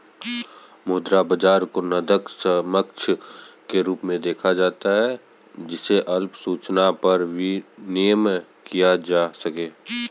मुद्रा बाजार को नकद समकक्ष के रूप में देखा जाता है जिसे अल्प सूचना पर विनिमेय किया जा सके